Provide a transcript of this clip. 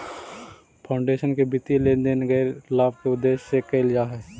foundation के वित्तीय लेन देन गैर लाभ के उद्देश्य से कईल जा हई